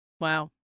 Wow